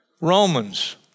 Romans